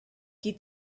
qui